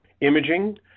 imaging